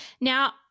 Now